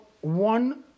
one